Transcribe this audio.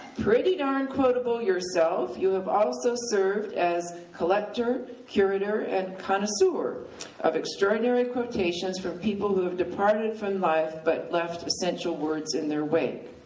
pretty darn quotable yourself, you have also served as collector, curator, and connoisseur of extraordinary quotations from people who have departed from life but left essential words in their wake.